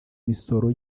imisoro